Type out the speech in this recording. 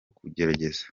kugerageza